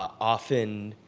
ah often,